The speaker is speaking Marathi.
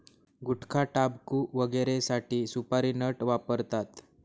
गुटखाटाबकू वगैरेसाठी सुपारी नट वापरतात